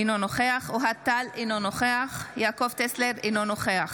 אינו נוכח אוהד טל, אינו נוכח